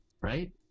right